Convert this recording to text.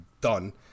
done